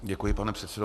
Děkuji, pane předsedo.